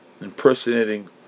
impersonating